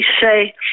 say